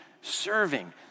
serving